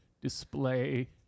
display